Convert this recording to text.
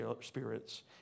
spirits